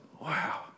Wow